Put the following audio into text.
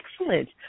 excellent